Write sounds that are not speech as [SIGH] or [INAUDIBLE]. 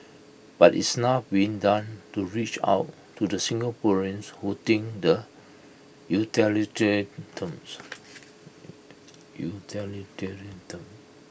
but is enough being done to reach out to the Singaporeans who think the utilitarian terms [NOISE] utilitarian terms